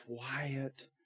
quiet